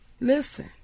listen